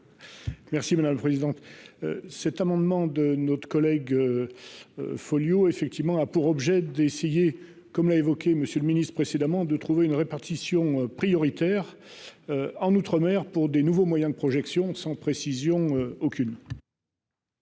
Merci ben présidente. Cet amendement de notre collègue. Folio effectivement a pour objet d'essayer, comme l'a évoqué, Monsieur le Ministre précédemment de trouver une répartition prioritaire. En outre-mer pour des nouveaux moyens de projection sans précision aucune.